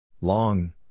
Long